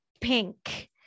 pink